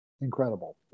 incredible